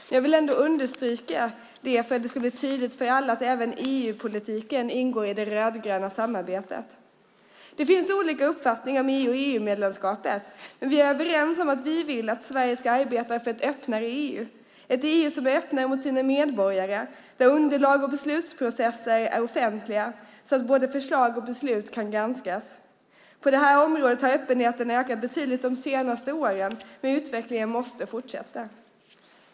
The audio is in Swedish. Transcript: Men jag vill ändå understryka, för att det ska bli tydligt för alla, att även EU-politiken ingår i det rödgröna samarbetet. Det finns olika uppfattningar om EU och EU-medlemskapet. Men vi är överens om att vi vill att Sverige ska arbeta för ett öppnare EU, ett EU som är öppnare mot sina medborgare och där underlag och beslutsprocesser är offentliga så att både förslag och beslut kan granskas. På det här området har öppenheten ökat betydligt de senaste åren, men utvecklingen måste fortsätta.